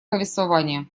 повествования